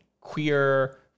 queer